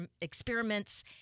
experiments